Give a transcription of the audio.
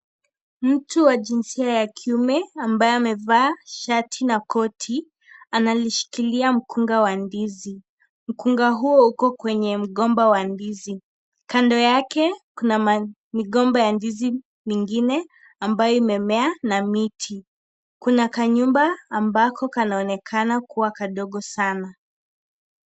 Mtu wa jinsia ya kiume ambaye amevaa shati na koti analishikilia mkunga wa ndizi, mkunga huo uko kwenye mgomba wa ndizi, kando yake kuna migomba ya ndizi mingine ambayo imemea na miti, kuna ka nyumba ambako kanaonekana kuwa kadogo sana.